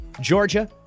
Georgia